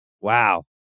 Wow